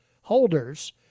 holders